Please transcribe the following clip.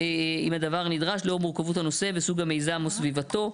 "אם הדבר נדרש לאור מורכבות הנושא וסוג המיזם וסביבתו".